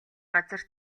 газар